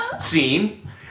scene